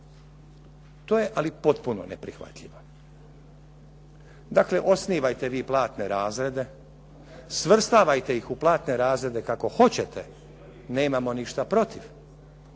To je ali potpuno neprihvatljivo. Dakle, osnivajte vi platne razrede, svrstavajte ih u platne razrede kako hoćete, nemamo ništa protiv